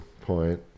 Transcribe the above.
point